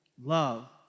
Love